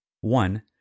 One